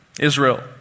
Israel